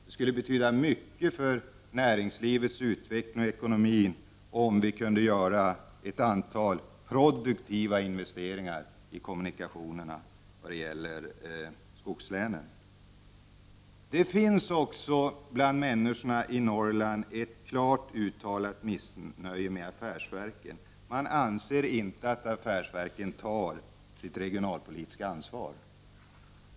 Det skulle betyda mycket för näringslivets utveckling och ekonomi om det kunde göras ett antal produktiva investeringar i kommunikationerna i skogslänen. Bland människorna i Norrland finns det ett klart uttalat missnöje med af färsverken, som de anser inte tar sitt regionalpolitiska ansvar.